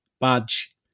badge